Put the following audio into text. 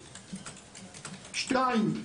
שניים,